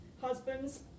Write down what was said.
Husbands